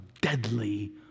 deadly